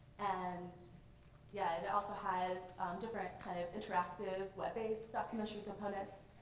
and yeah, it also has different kind of interactive web-based documentary components,